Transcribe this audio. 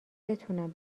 بتونم